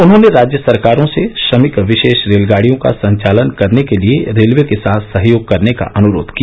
उन्होंने राज्य सरकारों से श्रमिक विशेष रेलगाड़ियों का संचालन करने के लिए रेलवे के साथ सहयोग करने का अनुरोध किया